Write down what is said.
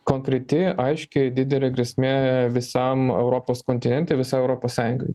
konkreti aiški didelė grėsmė visam europos kontinente visai europos sąjungai